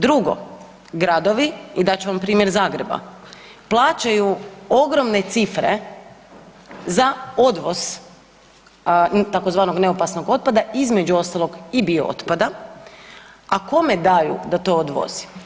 Drugo, gradovi i dat ću vam primjer Zagreba, plaćaju ogromne cifre za odvoz tzv. neopasnog otpada, između ostalog i biootpada, a kome daju da to odvozi?